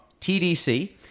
TDC